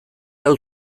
hau